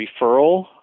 referral